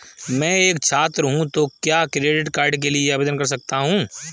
मैं एक छात्र हूँ तो क्या क्रेडिट कार्ड के लिए आवेदन कर सकता हूँ?